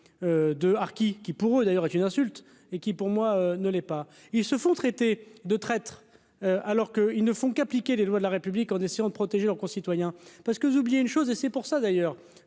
de harkis qui pourrait d'ailleurs est une insulte, et qui pour moi ne l'est pas, ils se font traiter de traître alors que ils ne font qu'appliquer les lois de la République, en essayant de protéger leurs concitoyens, parce que vous oubliez une chose et c'est pour ça d'ailleurs